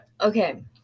Okay